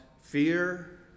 fear